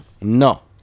No